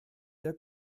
der